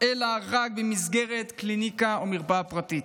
אלא רק במסגרת קליניקה או מרפאה פרטית.